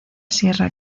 sierra